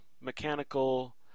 mechanical